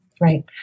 Right